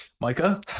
Micah